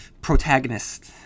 protagonist